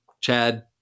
Chad